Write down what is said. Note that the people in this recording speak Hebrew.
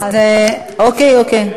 אוקיי, אוקיי.